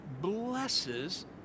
blesses